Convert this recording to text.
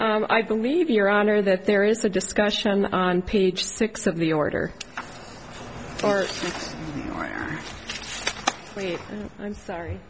i believe your honor that there is a discussion on page six of the order or where you i'm sorry